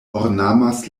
ornamas